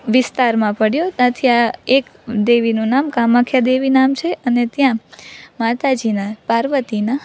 વિસ્તારમાં પડ્યો ત્યાંથી આ એક દેવીનું નામ કામાખ્ય દેવી નામ છે અને ત્યાં માતાજીનાં પાર્વતીનાં